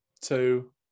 two